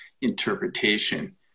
interpretation